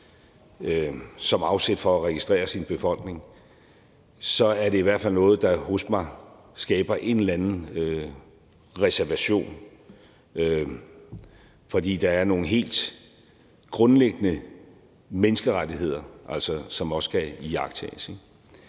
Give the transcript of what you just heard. som afsæt for at registrere sin befolkning, så er det i hvert fald noget, der hos mig skaber en eller anden reservation, for der er nogle helt grundlæggende menneskerettigheder, som også skal iagttages,